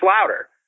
louder